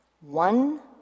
one